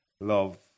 love